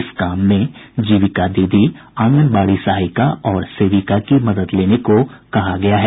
इस काम में जीविका दीदी आंगनबाड़ी सहायिका और सेविका की मदद लेने को कहा गया है